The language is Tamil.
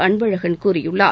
அன்பழகன் கூறியுள்ளார்